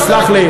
תסלח לי.